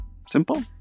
Simple